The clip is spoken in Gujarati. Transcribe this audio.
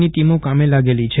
ની ટીમો કામે લાગી છે